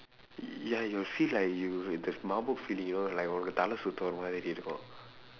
ya you'll feel like you have the mabuk feeling you know like உனக்கு தலை சுத்தும் ஒரு மாதிரி இருக்கும்:unakku thalai suththum oru maathiri irukkum